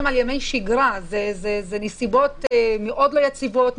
על ימי שגרה זה נסיבות מאוד לא יציבות,